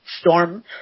Storm